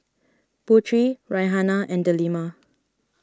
Putri Raihana and Delima